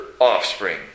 offspring